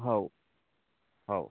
हो हो